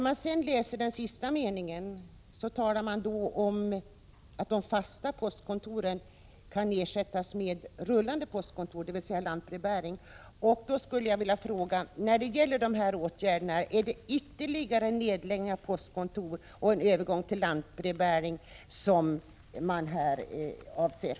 Men i den sista meningen i svaret sägs det att de fasta postkontoren kan ersättas med rullande postkontor, dvs. lantbrevbäring. Därför vill jag fråga: Är det ytterligare nedläggningar av postkontor och en övergång till lantbrevbäring som avses?